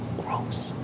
gross,